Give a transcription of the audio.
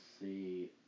see